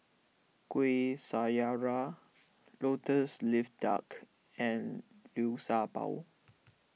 Kuih Syara Lotus Leaf Duck and Liu Sha Bao